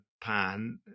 pan